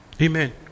Amen